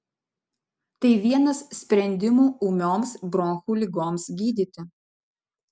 tai vienas sprendimų ūmioms bronchų ligoms gydyti